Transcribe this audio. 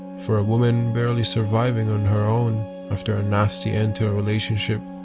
for a woman barely surviving on her own after a nasty end to a relationship,